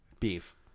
Beef